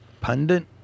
Pundit